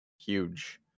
huge